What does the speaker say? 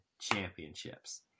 championships